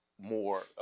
more